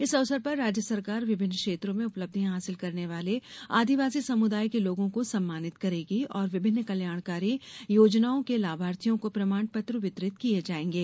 इस अवसर पर राज्य सरकार विभिन्न क्षेत्रों में उपलब्धियां हासिल करने वाले आदिवासी समुदाय के लोगों को सम्मानित करेगी और विभिन्न कल्याणकारी योजनाओं के लाभार्थियों को प्रमाण पत्र वितरित किये जायेंगे